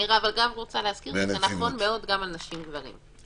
אבל אני רוצה להזכיר שזה נכון מאוד גם על נשים וגברים.